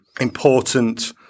important